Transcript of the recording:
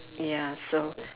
ya so